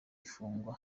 ifungwa